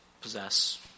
possess